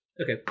Okay